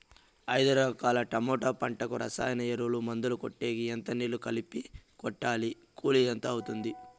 ఐదు ఎకరాల టమోటా పంటకు రసాయన ఎరువుల, మందులు కొట్టేకి ఎంత నీళ్లు కలిపి కొట్టాలి? కూలీ ఎంత అవుతుంది?